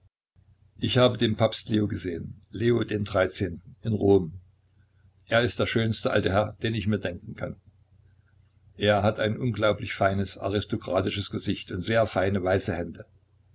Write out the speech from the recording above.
ich habe den papst leo gesehen leo den dreizehnten in rom er ist der schönste alte herr den ich mir denken kann er hat ein unglaublich feines aristokratisches gesicht und sehr feine weiße hände